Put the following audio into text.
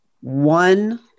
one